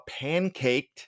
pancaked